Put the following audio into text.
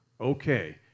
Okay